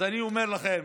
אז אני אומר לכם,